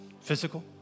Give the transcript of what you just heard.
physical